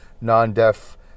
non-deaf